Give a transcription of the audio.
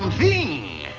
the